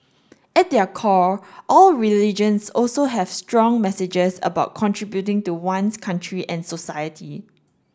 at their core all religions also have strong messages about contributing to one's country and society